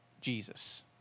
Jesus